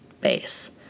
base